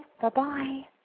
Bye-bye